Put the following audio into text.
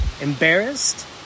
embarrassed